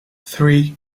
three